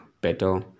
better